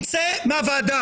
מי שבזוי זה אתה.